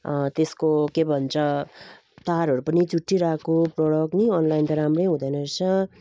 त्यसको के भन्छ तारहरू पनि चुट्टिरहेको प्रडक्ट नि अनलाइन त राम्रै हुँदैन रहेछ